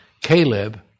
caleb